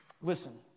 Listen